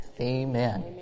Amen